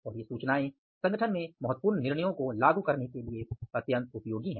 और ये सूचनाएं संगठन में महत्वपूर्ण निर्णयों को लागू करने के लिए बहुत उपयोगी है